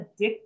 addictive